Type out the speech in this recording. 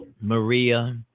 Maria